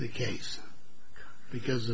the case because